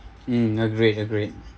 mm agreed agreed